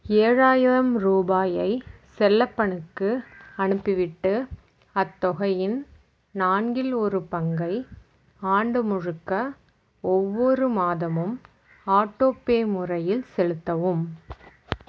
ஏழாயிரம் ரூபாயை செல்லப்பனுக்கு அனுப்பிவிட்டு அத்தொகையின் நான்கில் ஒரு பங்கை ஆண்டு முழுக்க ஒவ்வொரு மாதமும் ஆட்டோபே முறையில் செலுத்தவும்